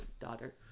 daughter